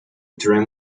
tram